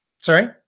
Sorry